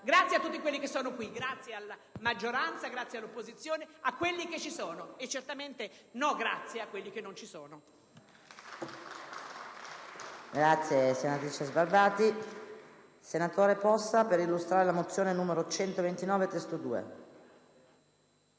Grazie a tutti quelli che sono qui, alla maggioranza ed all'opposizione, a quelli che ci sono, e certamente non ringrazio quelli che non ci sono.